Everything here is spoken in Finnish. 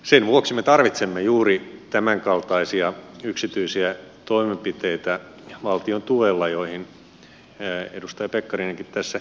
sen vuoksi me tarvitsemme juuri tämänkaltaisia yksityisiä toimenpiteitä valtion tuella joihin edustaja pekkarinenkin tässä viittasi